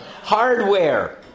Hardware